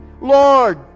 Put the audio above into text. Lord